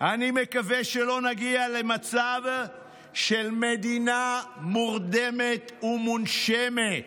אני מקווה שלא נגיע למצב של מדינה מורדמת ומונשמת.